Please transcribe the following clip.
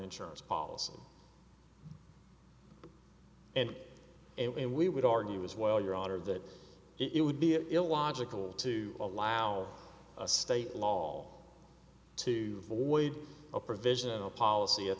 insurance policy and it we would argue as well your honor that it would be an illogical to allow a state law to void a provision of a policy at